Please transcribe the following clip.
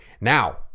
Now